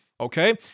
Okay